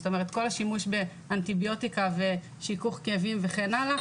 זאת אומרת כל השימוש באנטיביוטיקה ושיכוך כאבים וכן הלאה,